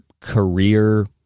career